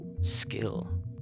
skill